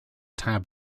tab